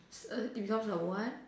err it becomes a what